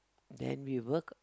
then we work